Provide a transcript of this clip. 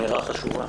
זו אמירה חשובה.